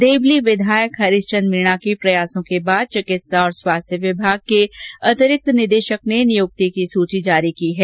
देवली विधायक हरीश चंद मीणा के प्रयासों के बाद चिकित्सा और स्वास्थ्य विभाग के अतिरिक्त निदेशक ने नियुक्ति की सूची जारी की है